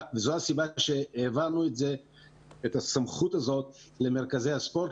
זאת הסיבה שהעברנו את הסמכות הזאת למרכזי הספורט,